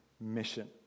mission